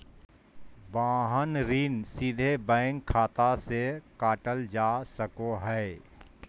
वाहन ऋण सीधे बैंक खाता से काटल जा सको हय